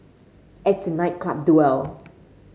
it's a night club duel